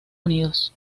unidos